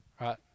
Right